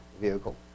vehicle